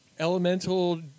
Elemental